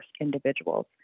individuals